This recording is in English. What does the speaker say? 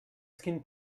skin